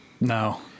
No